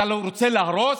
אתה רוצה להרוס?